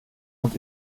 und